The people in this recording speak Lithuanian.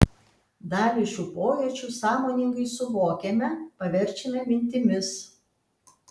dalį šių pojūčių sąmoningai suvokiame paverčiame mintimis